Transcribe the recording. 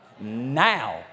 now